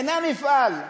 אינה מפעל,